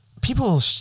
people